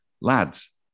Lads